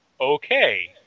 Okay